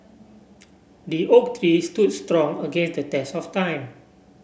the oak tree stood strong against the test of time